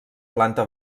planta